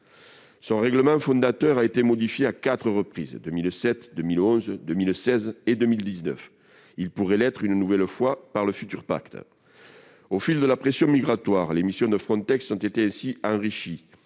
Son règlement fondateur a été modifié à quatre reprises, en 2007, 2011, 2016 et 2019. Il pourrait l'être une nouvelle fois par le futur pacte. Au fil de la pression migratoire, les missions de Frontex ont été ainsi enrichies.